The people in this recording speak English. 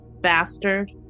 bastard